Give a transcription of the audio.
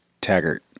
Taggart